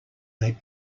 they